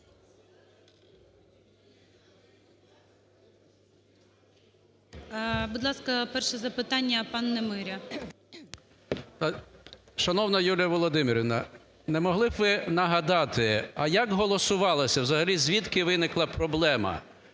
Будь ласка, перше запитання, пан Немиря. 11:42:14 НЕМИРЯ Г.М. Шановна Юлія Володимирівна, не могли б ви нагадати, а як голосувалося, взагалі звідки виникла проблема,